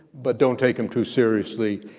but don't take them too seriously,